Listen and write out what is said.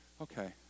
okay